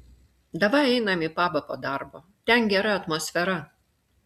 davai einam į pabą po darbo ten gera atmosfera